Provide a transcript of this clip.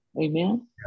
Amen